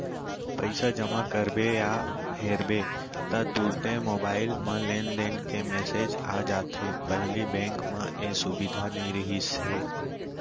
पइसा जमा करबे या हेरबे ता तुरते मोबईल म लेनदेन के मेसेज आ जाथे पहिली बेंक म ए सुबिधा नई रहिस हे